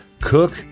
Cook